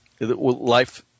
life